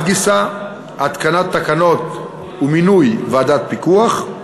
להתקנת תקנות ומינוי ועדת פיקוח,